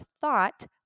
thought